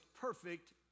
perfect